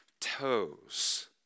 toes